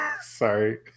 Sorry